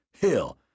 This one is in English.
Hell